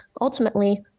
ultimately